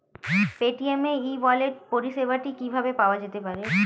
Paytm e wallet পরিষেবাটি কিভাবে পাওয়া যেতে পারে?